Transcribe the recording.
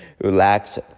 relax